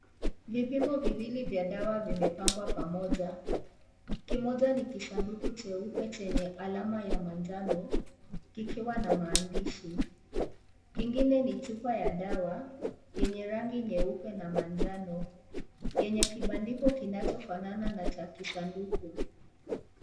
Vipimo viwili vya dawa vimepangwa pamoja, kimoja ni kisanduku cheupe chenye alama ya manjano, kikiwa na maandishi, kingine ni chupa ya dawa, yenye rangi nyeupe na manjano, yenye kibandiko kinacho fanana na cha kisanduku.